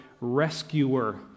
rescuer